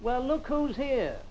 well look who's here